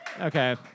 Okay